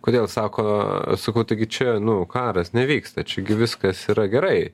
kodėl sako sakau taigi čia nu karas nevyksta čia gi viskas yra gerai